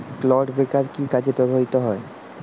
Clod breaker কি কাজে ব্যবহৃত হয়?